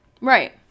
Right